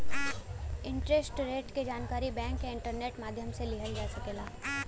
interest rate क जानकारी bank या इंटरनेट माध्यम से लिहल जा सकला